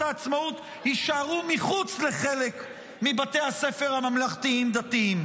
העצמאות יישארו מחוץ לחלק מבתי הספר הממלכתיים-דתיים,